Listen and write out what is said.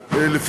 זו, סליחה, ?